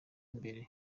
imbere